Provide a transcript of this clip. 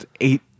eight